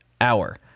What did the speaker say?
hour